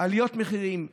עליות מחירים,